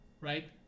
Right